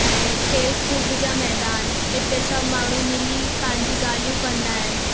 ऐं खेल कूद जा मैदान हिते सभु माण्हू मिली पंहिंजी ॻाल्हियूं कंदा आहिनि